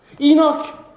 Enoch